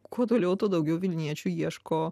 kuo toliau tuo daugiau vilniečių ieško